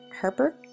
Harper